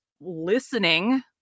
listening